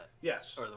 Yes